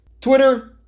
Twitter